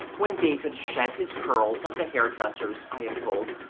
when david shed his curls at the hair-dressers, i am told,